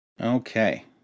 Okay